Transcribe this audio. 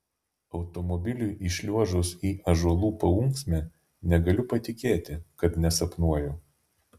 automobiliui įšliuožus į ąžuolų paūksmę negaliu patikėti kad nesapnuoju